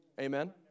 Amen